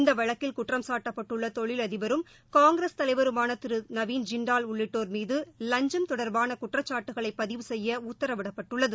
இந்தவழக்கில் குற்றம் சாட்டப்ட்டுள்ளதொழிலதிபரும் காங்கிரஸ் தலைவருமானதிருநவீன் ஜிண்டால் உள்ளிட்டோர் மீது லஞ்சம் தொடர்பானகுற்றச் சாட்டுகளைபதிவு செய்யஉத்தரவிடப்பட்டுள்ளது